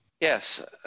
Yes